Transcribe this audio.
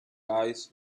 eyes